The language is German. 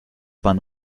bahn